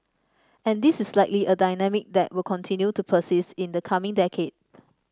and this is likely a dynamic that will continue to persist in the coming decade